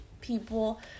people